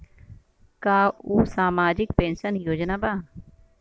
का उ सामाजिक पेंशन योजना बा?